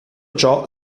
ciò